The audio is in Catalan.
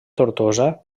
tortosa